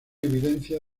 evidencia